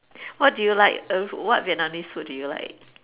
what do you like what Vietnamese food do you like